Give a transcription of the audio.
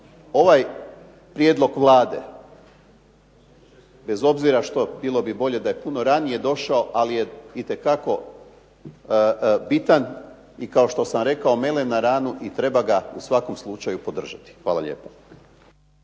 ovaj prijedlog Vlade bez obzira što, bilo bi bolje da je puno ranije došao, ali je itekako bitan i kao što sam rekao melem na ranu i treba ga u svakom slučaju podržati. Hvala lijepa.